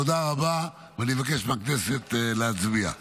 תודה רבה, ואני מבקש מהכנסת להצביע.